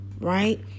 right